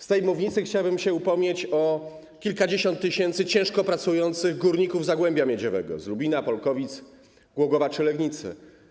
Z tej mównicy chciałbym upomnieć się o kilkadziesiąt tysięcy ciężko pracujących górników z zagłębia miedziowego, z Lubina, Polkowic, Głogowa czy Legnicy.